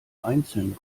einzeln